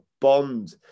bond